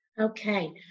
Okay